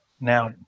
now